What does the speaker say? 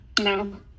No